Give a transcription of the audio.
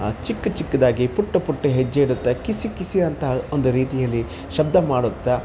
ಆ ಚಿಕ್ಕ ಚಿಕ್ಕದಾಗಿ ಪುಟ್ಟ ಪುಟ್ಟ ಹೆಜ್ಜೆ ಇಡುತ್ತ ಕಿಸಿ ಕಿಸಿ ಅಂತ ಒಂದು ರೀತಿಯಲ್ಲಿ ಶಬ್ದ ಮಾಡುತ್ತ